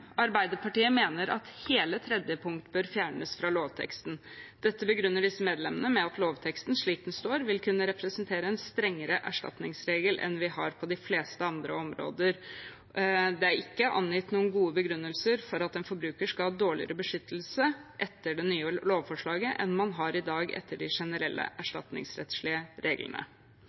Arbeiderpartiet mener at hele tredje ledd bør fjernes fra lovteksten. Dette begrunner disse medlemmene med at lovteksten slik den står, vil kunne representere en strengere erstatningsregel enn vi har på de fleste andre områder. Det er ikke angitt noen gode begrunnelser for at en forbruker skal ha dårligere beskyttelse etter det nye lovforslaget enn man har i dag etter de generelle erstatningsrettslige reglene.